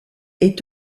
est